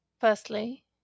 Firstly